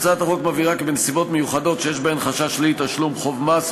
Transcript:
הצעת החוק מבהירה כי בנסיבות מיוחדות שיש בהן חשש לאי-תשלום חוב המס,